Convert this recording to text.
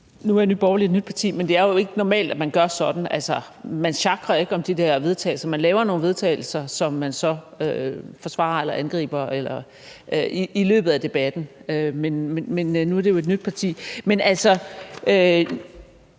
Nu er Nye Borgerlige et nyt parti, men det er jo ikke normalt, at man gør sådan. Altså, man sjakrer ikke om de der forslag til vedtagelse. Man laver nogle forslag til vedtagelse, som man så forsvarer eller angriber i løbet af debatten, men nu er det jo et nyt parti. Vi ønsker,